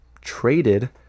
traded